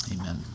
Amen